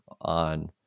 on